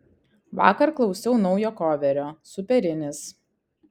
vakar klausiau naujo koverio superinis